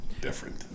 different